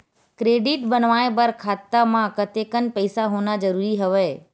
Credit बनवाय बर खाता म कतेकन पईसा होना जरूरी हवय?